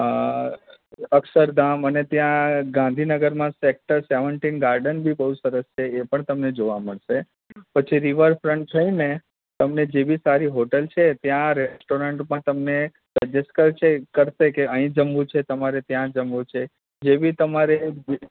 અ અક્ષરધામ અને ત્યાં ગાંધીનગરમાં સેક્ટર સેવન્ટીન ગાર્ડન બી બહુ સરસ છે એ પણ તમને જોવા મળશે પછી રિવરફ્રન્ટ થઇને તમને જે બી સારી હોટલ છે ત્યાં રેસ્ટોરન્ટ પણ તમને સજજેસ્ટ કર કરશે અહીં જમવું છે તમારે ત્યાં જમવું છે જે બી તમારે